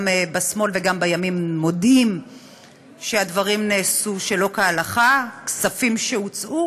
גם בשמאל וגם בימין מודים שהדברים נעשו שלא כהלכה: כספים שהוצאו